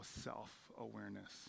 self-awareness